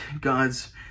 God's